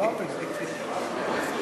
הוא,